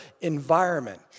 environment